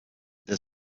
der